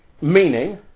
Meaning